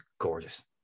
gorgeous